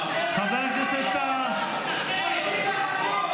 (חבר הכנסת אחמד טיבי יוצא מאולם